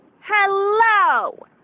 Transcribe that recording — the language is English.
Hello